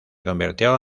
convirtió